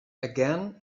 again